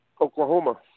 Oklahoma